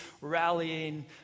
rallying